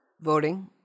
voting